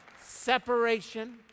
separation